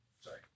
sorry